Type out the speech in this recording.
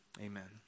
Amen